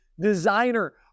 designer